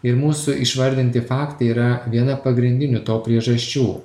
ir mūsų išvardinti faktai yra viena pagrindinių to priežasčių